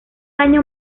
año